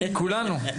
כולנו.